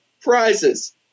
prizes